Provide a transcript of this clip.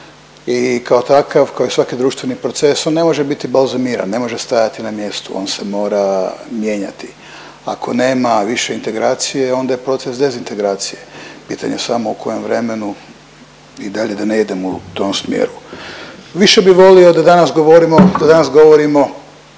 i kao takav kao i svaki društveni proces on ne može biti balzamiran, ne može stajati na mjestu on se mora mijenjati. Ako nema više integracije onda je proces dezintegracije, pitanje samo u kojem vremenu i dalje da ne idem u tom smjeru. Više bi volio da danas govorimo,